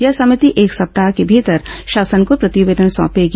यह समिति एक सप्ताह के भीतर शासन को प्रतिवेदन सौंपेगी